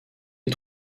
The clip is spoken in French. est